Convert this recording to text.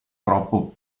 troppo